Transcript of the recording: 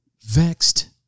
Vexed